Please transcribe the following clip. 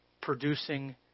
producing